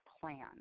plan